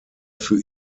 für